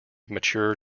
mature